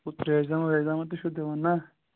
گوٚو تریش داما ویش داما تہِ چھِو دِوان نہ